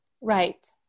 Right